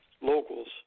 locals